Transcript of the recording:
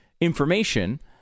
Information